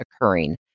occurring